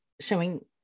showing